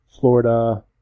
Florida